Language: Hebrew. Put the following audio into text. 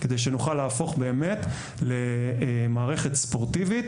כדי שנוכל להפוך באמת למערכת ספורטיבית